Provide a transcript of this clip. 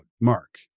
mark